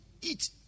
eat